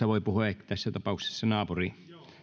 voi ehkä puhua tässä tapauksessa naapurin